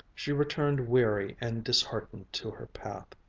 she returned weary and disheartened to her path,